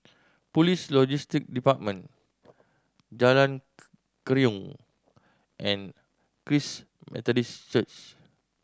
Police Logistic Department Jalan Keruing and Christ Methodist Church